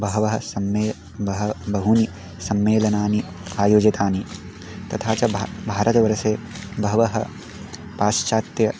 बहवः सम्मे बहु बहूनि सम्मेलनानि आयोजितानि तथा च भा भारतवर्षे बहवः पाश्चात्याः